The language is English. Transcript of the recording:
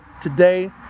today